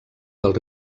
del